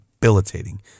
debilitating